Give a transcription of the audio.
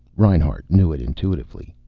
reinhart knew it intuitively.